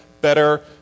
better